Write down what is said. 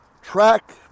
track